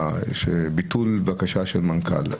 ביטול בקשה של מנכ"ל.